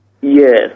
Yes